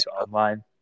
online